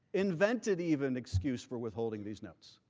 invented even excuse for withholding these notes.